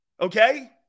Okay